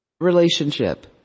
relationship